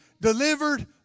delivered